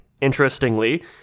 Interestingly